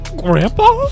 grandpa